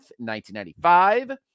1995